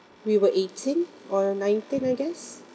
we were eighteen or nineteen I guess